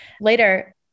later